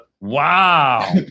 Wow